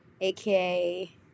aka